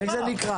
איך זה נקרא?